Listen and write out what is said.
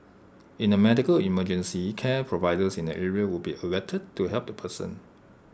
in A medical emergency care providers in the area would be alerted to help the person